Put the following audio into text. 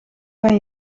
kan